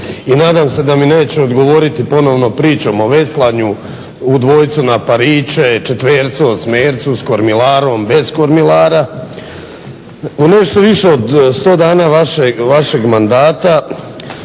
i nadam se da mi neće odgovoriti ponovno pričom o veslanju u dvojcu na pariće, četvercu, osmercu s kormilarom, bez kormilara. U nešto više od 100 dana vašeg mandata